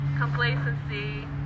complacency